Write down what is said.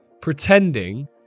pretending